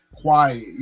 quiet